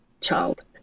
child